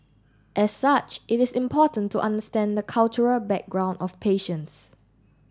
as such it is important to understand the cultural background of patients